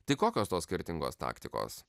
tai kokios tos skirtingos taktikos